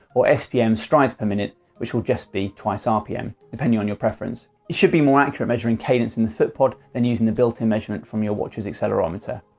or spm, strides per minute which will just be twice rpm, depending on your preference. it should be more accurate measuring cadence in the foot pod than using the built in measurement from your watch's accelerometer.